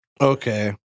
Okay